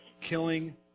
killing